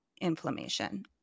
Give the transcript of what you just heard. inflammation